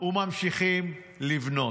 וממשיכים לבנות.